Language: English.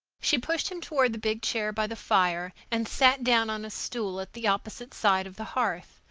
she pushed him toward the big chair by the fire, and sat down on a stool at the opposite side of the hearth,